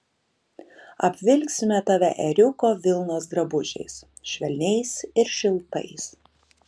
apvilksime tave ėriuko vilnos drabužiais švelniais ir šiltais